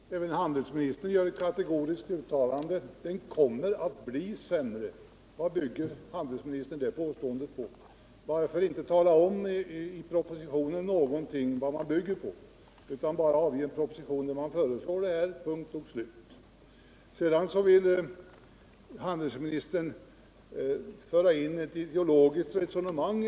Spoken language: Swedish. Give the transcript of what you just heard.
Herr talman! Även handelsministern gör ett kategoriskt uttalande: Det kommer att bli sämre. Vad bygger handelsministern det påståendet på? Varför inte i propositionen tala om vad man bygger på? Varför bara avge en proposition, där man föreslår detta? Sedan vill handelsministern föra in ett ideologiskt resonemang.